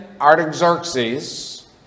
Artaxerxes